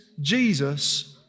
Jesus